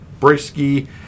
Brisky